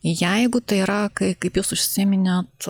jeigu tai yra kai kaip jūs užsiminėt